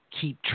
Keep